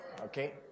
okay